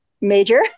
major